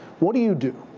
what do you do?